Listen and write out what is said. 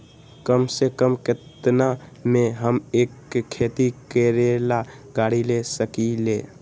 कम से कम केतना में हम एक खेती करेला गाड़ी ले सकींले?